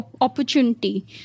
opportunity